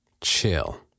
Chill